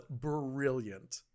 brilliant